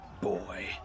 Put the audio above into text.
boy